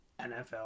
NFL